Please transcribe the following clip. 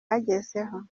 agezeho